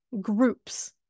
groups